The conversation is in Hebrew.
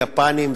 יפנים,